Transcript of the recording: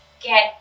get